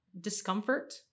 discomfort